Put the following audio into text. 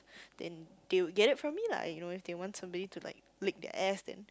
then they would get it from me lah you know if they want somebody to like lick their ass then